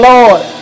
Lord